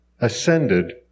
ascended